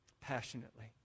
passionately